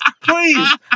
Please